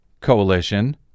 coalition